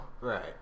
right